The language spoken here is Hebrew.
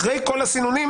אחרי כל הסינונים.